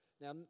Now